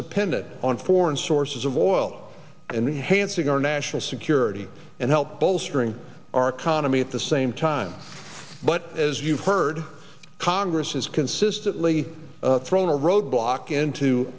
dependent on foreign sources of oil and hansen our national security and help bolstering our economy at the same time but as you've heard congress has consistently thrown a roadblock into